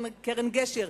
קרן גשר,